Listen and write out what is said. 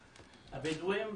הבדואים,